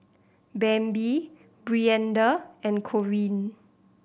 Bambi Brianda and Corine